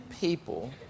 people